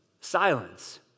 silence